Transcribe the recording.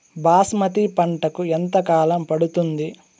బాస్మతి పంటకు ఎంత కాలం పడుతుంది?